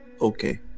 Okay